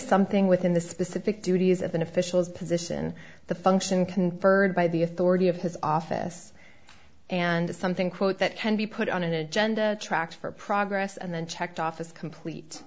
something within the specific duties of an official's position the function conferred by the authority of his office and something quote that can be put on an agenda tracks for progress and then checked off as complete